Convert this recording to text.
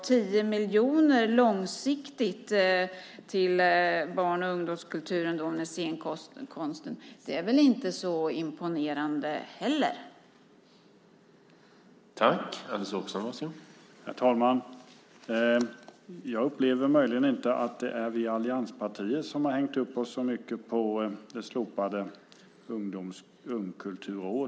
10 miljoner långsiktigt till barn och ungdomskulturen, och även scenkonsten, är väl inte heller särskilt imponerande.